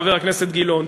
חבר הכנסת גילאון,